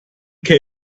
care